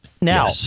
now